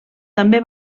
també